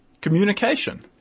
Communication